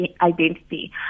identity